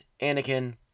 Anakin